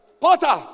Porter